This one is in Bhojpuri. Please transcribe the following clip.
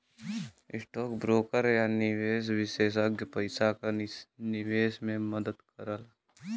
स्टौक ब्रोकर या निवेश विषेसज्ञ पइसा क निवेश में मदद करला